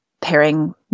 pairing